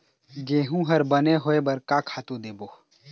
गेहूं हर बने होय बर का खातू देबो?